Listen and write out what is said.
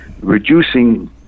reducing